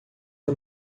uma